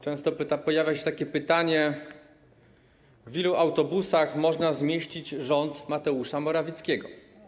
Często pojawia się pytanie: W ilu autobusach można zmieścić rząd Mateusza Morawieckiego?